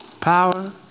power